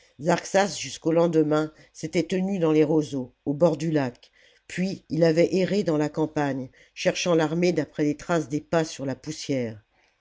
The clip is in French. jusqu'au lendemain s'était tenu dans les roseaux au bord du lac puis il avait erré dans la campagne cherchant l'armée d'après les traces des pas sur la poussière